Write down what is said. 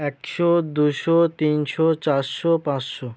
একশো দুশো তিনশো চারশো পাঁচশো